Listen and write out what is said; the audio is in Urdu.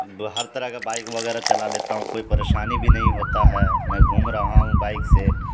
ا ہر طرح کا بائک وغیرہ چلا لیتا ہوں کوئی پریشانی بھی نہیں ہوتا ہے میں گھوم رہا ہوں بائک سے